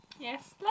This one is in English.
yes